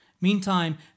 Meantime